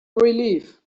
relief